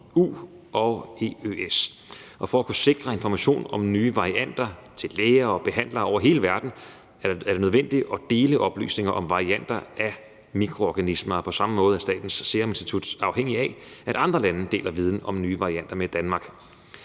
EU og EØS. For at kunne sikre information om nye varianter til læger og behandlere over hele verden er det nødvendigt at dele oplysninger om varianter af mikroorganismer, og på samme måde er Statens Serum Instituts afhængigt af, at andre lande deler viden om nye varianter med Danmark.